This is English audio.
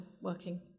working